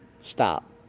Stop